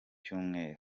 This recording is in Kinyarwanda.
cyumweru